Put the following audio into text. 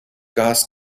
gas